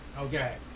okay